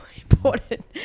important